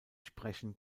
sprechen